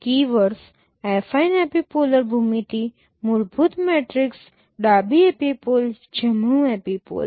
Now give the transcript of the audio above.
keywords affine epipolar ભૂમિતિ મૂળભૂત matrix ડાબી એપિપોલ જમણું એપિપોલ